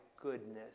goodness